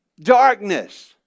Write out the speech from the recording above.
Darkness